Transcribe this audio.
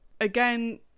again